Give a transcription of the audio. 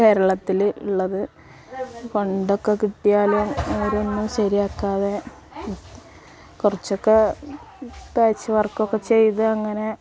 കേരളത്തില് ഉള്ളത് ഫണ്ട് ഒക്കെ കിട്ടിയാലും അവര് വന്ന് ശെരിയാക്കാതെ കുറച്ചൊക്കെ പാച്ച് വർക്കൊക്കെ ചെയ്ത് അങ്ങനെ